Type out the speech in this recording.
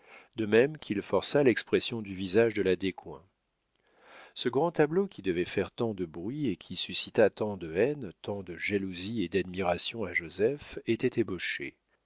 de même qu'il força l'expression du visage de la descoings ce grand tableau qui devait faire tant de bruit et qui suscita tant de haines tant de jalousies et d'admiration à joseph était ébauché